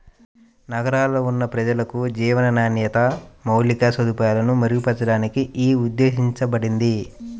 నగరాల్లో ఉన్న ప్రజలకు జీవన నాణ్యత, మౌలిక సదుపాయాలను మెరుగుపరచడానికి యీ ఉద్దేశించబడింది